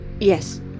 Yes